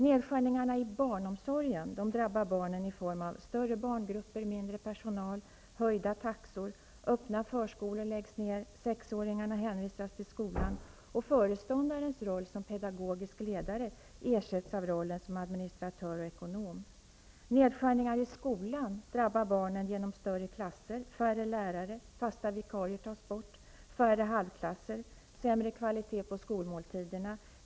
Nedskärningarna i barnomsorgen drabbar barnen i form av större barngrupper, mindre personal, höjda taxor. Öppna förskolor läggs ned, sexåringarna hänvisas till skolan, och föreståndarens roll som pedagogisk ledare ersätts av rollen som administratör och ekonom. Nedskärningar i skolan drabbar barnen genom större klasser och färre lärare. Fasta vikarier tas bort, det blir färre halvklasser, sämre kvalitet på skolmåltiderna.